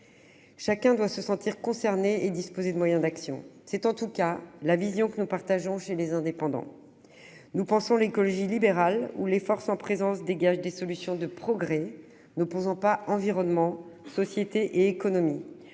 Chacun doit se sentir concerné et disposer de moyens d'action. C'est en tout cas la vision que nous partageons au sein du groupe Les Indépendants. Nous pensons l'écologie libérale, où les forces en présence dégagent des solutions de progrès, n'opposant pas environnement, société et économie.